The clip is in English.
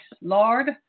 Lord